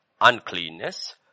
uncleanness